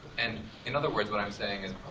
and in other words, what i'm saying is